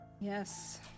Yes